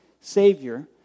Savior